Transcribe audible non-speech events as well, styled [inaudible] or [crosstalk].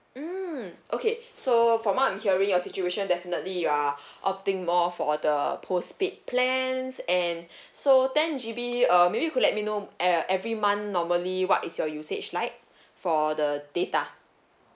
mm okay so from what I'm hearing your situation definitely you are [breath] opting more for the postpaid plans and [breath] so ten G_B err maybe you could let me know uh every month normally what is your usage like for the data